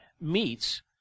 meets